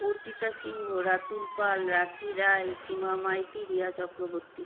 Arpita Singha Ratul Pal Rakhi Roy Sima Maity Riya Chakraborty